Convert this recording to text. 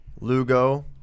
Lugo